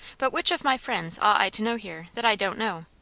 but which of my friends ought i to know here, that i don't know?